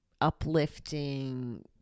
uplifting